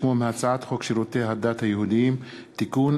שמו מהצעת חוק שירותי הדת היהודיים (תיקון,